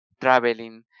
traveling